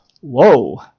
Whoa